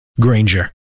Granger